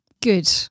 good